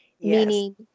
Meaning